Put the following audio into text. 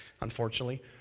unfortunately